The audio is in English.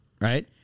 Right